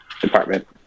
department